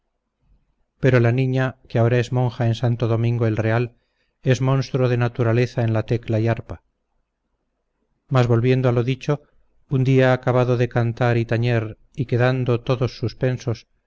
pero la niña que ahora es monja en santo domingo el real es monstruo de naturaleza en la tecla y arpa mas volviendo a lo dicho un día acabando de cantar y tañer y quedando todos suspensos